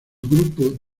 grupo